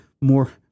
more